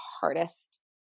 hardest